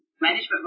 management